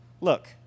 look